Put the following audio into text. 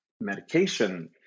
medication